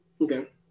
Okay